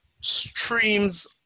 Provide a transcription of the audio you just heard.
streams